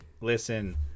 listen